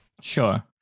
sure